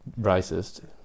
racist